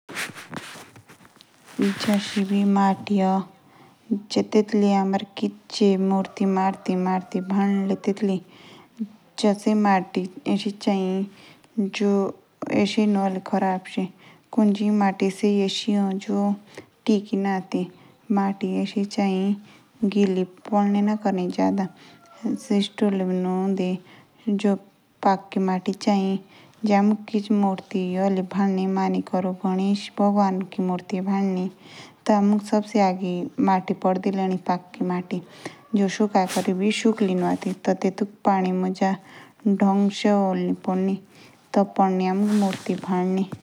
जश मेट बाय ए से। टी हमें तेतली मूर्ति मरती बदले। टी से ख़राब ना ची आदे। से आछे ची आदे।